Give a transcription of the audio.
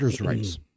rights